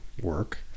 work